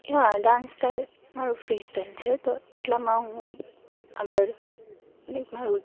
યા dance style મારો free style છે તો એટલામાં હું આગળ લાઇક મારું